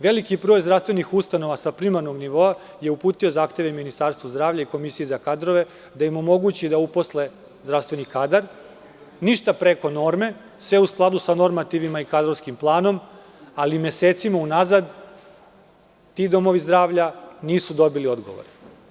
Veliki broj zdravstvenih ustanova sa primarnog nivoa je uputio zahteve Ministarstvu zdravlja i Komisiji za kadrove da im omogući da uposle zdravstveni kadar, ništa preko norme, sve u skladu sa normativima i kadrovskim planom, ali mesecima unazad ti domovi zdravlja nisu dobili odgovore.